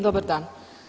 Dobar dan.